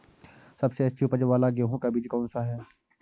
सबसे अच्छी उपज वाला गेहूँ का बीज कौन सा है?